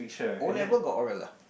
O-level got Oral ah